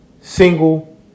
single